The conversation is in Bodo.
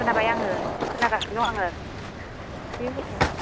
खोनाबाय आङो खोनागासिनो दं आङो बे गथ'आ हनै